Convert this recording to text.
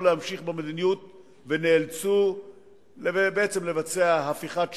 להמשיך במדיניות ונאלצו בעצם לבצע הפיכת שלטון,